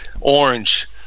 Orange